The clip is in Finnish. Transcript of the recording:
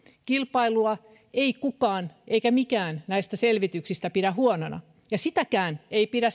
kilpailua ei kukaan eikä mikään selvityksistä pidä huonona sitäkään johtopäätöstä ei pidä